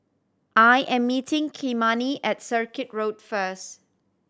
I am meeting Kymani at Circuit Road first